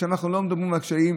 ושם אנחנו לא מדברים על קשיים.